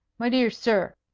my dear sir,